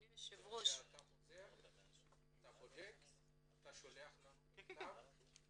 תחזור תבדוק ותשלח לנו בכתב.